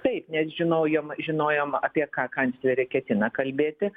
taip nes žinojom žinojom apie ką kanclerė ketina kalbėti